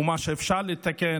ומה שאפשר לתקן.